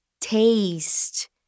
taste